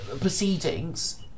proceedings